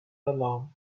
alarm